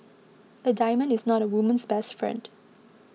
a diamond is not a woman's best friend